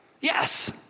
Yes